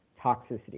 toxicity